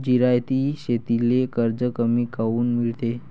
जिरायती शेतीले कर्ज कमी काऊन मिळते?